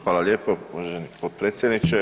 Hvala lijepo uvaženi potpredsjedniče.